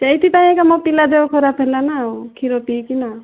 ସେଇଥିପାଇଁ ଆଜ୍ଞା ମୋ ପିଲା ଦେହ ଖରାପ ହେଲା ନା କ୍ଷୀର ପିଇକିନା